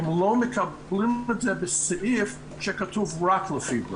הן לא מקבלות את זה בסעיף שכתוב רק לפיברו.